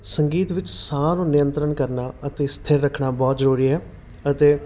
ਸੰਗੀਤ ਵਿੱਚ ਸਾਹ ਨੂੰ ਨਿਯੰਤਰਨ ਕਰਨਾ ਅਤੇ ਸਥਿਰ ਰੱਖਣਾ ਬਹੁਤ ਜ਼ਰੂਰੀ ਹੈ ਅਤੇ